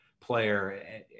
player